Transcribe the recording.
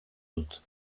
dut